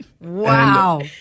Wow